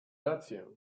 rację